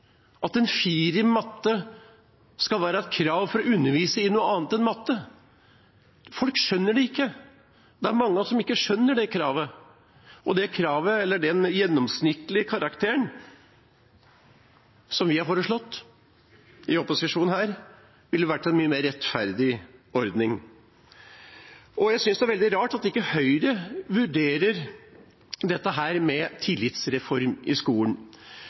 at en firer i matte skal være et krav for å undervise i noe annet enn matte. Folk skjønner det ikke. Det er mange av oss som ikke skjønner det kravet. Det kravet, eller den gjennomsnittskarakteren, som vi i opposisjonen har foreslått, ville gitt en mye mer rettferdig ordning. Jeg synes det er veldig rart at Høyre ikke vurderer dette med tillitsreform i skolen.